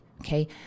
Okay